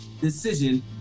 decision